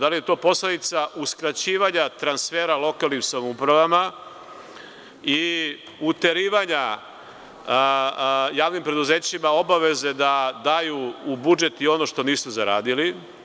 Da li je to posledica uskraćivanja transfera lokalnim samoupravama i uterivanja javnim preduzećima obaveze da daju u budžet i ono što nisu zaradili?